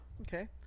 Okay